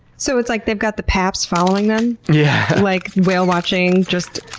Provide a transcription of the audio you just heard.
so it's like, they've got the paps following them, yeah like whale watching, just,